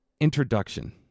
introduction